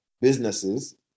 businesses